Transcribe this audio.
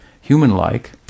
human-like